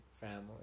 family